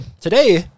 Today